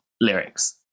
lyrics